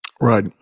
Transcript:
Right